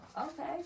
Okay